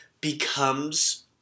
becomes